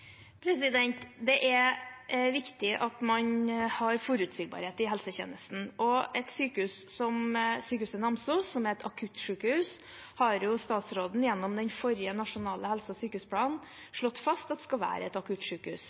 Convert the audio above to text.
Det er viktig at man har forutsigbarhet i helsetjenesten, og et sykehus som Sykehuset Namsos, som er et akuttsykehus, har statsråden gjennom den forrige nasjonale helse- og sykehusplanen slått fast skal være et akuttsykehus.